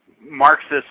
Marxist